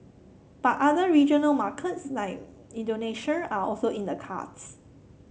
but other regional markets like Indonesia are also in the cards